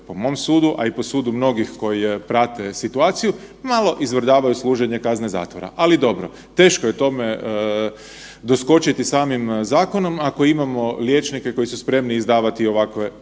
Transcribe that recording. po mom sudu, a i po sudu mnogih koje prate situaciju, malo izvrdavaju služenje kazne zatvora. Ali dobro, teško je dome doskočiti samim zakonom, ako imamo liječnike koji su spremni izdavati ovakve